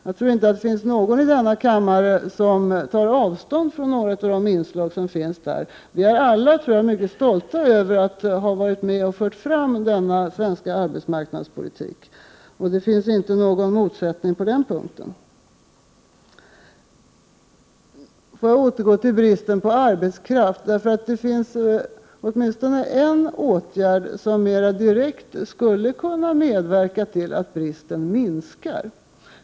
Jag tror inte att det finns någon i denna kammare som tar avstånd från några av de inslag som finns där. Vi är alla mycket stolta över att ha kunnat vara med att föra fram denna svenska arbetsmarknadspolitik. Det finns ingen motsättning på den punkten. Jag återgår till bristen på arbetskraft. Det finns åtminstone en åtgärd som mer direkt skulle kunna medverka till att bristen minskar.